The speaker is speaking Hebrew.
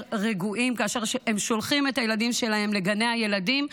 רגועים כשהם שולחים את הילדים שלהם לגני הילדים,